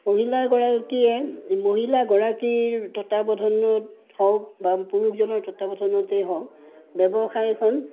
মহিলা এগৰাকীয়ে মহিলা গৰাকীৰ তত্বাৱধানত হওক বা পুৰুষজনৰ ততাৱধানতেই হওক ব্যৱসায়খন